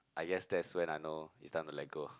I guess that's when I know it's time to let go